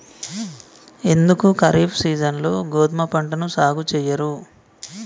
ఎందుకు ఖరీఫ్ సీజన్లో గోధుమ పంటను సాగు చెయ్యరు?